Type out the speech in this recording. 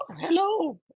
hello